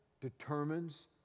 determines